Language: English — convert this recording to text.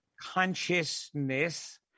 consciousness